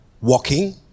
walking